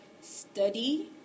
study